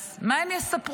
אז מה הם יספרו?